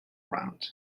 round